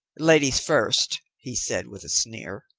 ladies first, he said with a sneer.